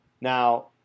Now